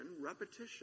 Repetition